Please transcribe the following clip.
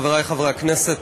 חברי חברי הכנסת,